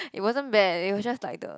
it wasn't bad it was just like the